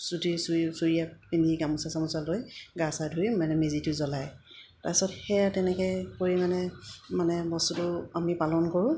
চুটি চুৰি চুৰিয়া পিন্ধি গামোচা চামোচা লৈ গা চা ধুই মানে মেজিটো জ্বলায় তাৰপিছত সেয়া তেনেকৈ কৰি মানে মানে বস্তুটো আমি পালন কৰোঁ